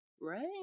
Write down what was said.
Right